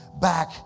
back